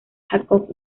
jacobs